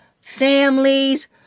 families